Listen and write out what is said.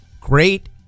great